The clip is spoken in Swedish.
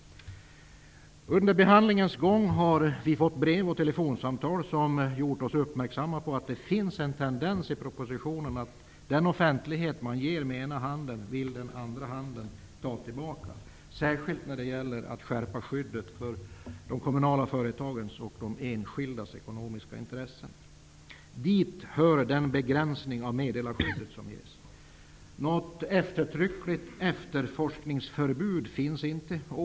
Under behandlingens gång har vi fått brev och telefonsamtal som har gjort oss uppmärksamma på att det finns en tendens i propositionen till att man med den ena handen vill ta tillbaka den offentlighet man ger med andra handen, särskilt när det gäller att skärpa skyddet för de kommunala företagens och de enskildas ekonomiska intressen. Dit hör den begränsning av meddelarskyddet som ges. Något eftertryckligt förbud mot efterforskning finns inte.